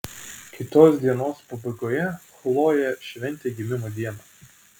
kitos dienos pabaigoje chlojė šventė gimimo dieną